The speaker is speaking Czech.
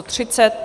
30.